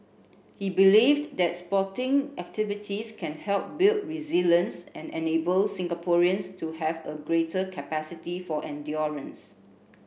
he believed that sporting activities can help build resilience and enable Singaporeans to have a greater capacity for endurance